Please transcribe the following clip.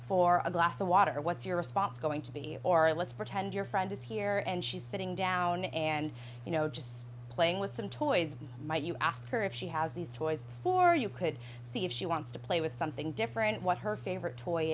for a glass of water what's your response going to be or let's pretend your friend is here and she's sitting down and you know just playing with some toys might you ask her if she has these toys for you could see if she wants to play with something different what her favorite toy